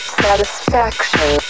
satisfaction